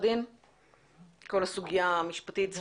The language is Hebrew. הדיון הוא על